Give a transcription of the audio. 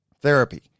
therapy